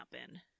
happen